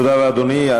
תודה לאדוני.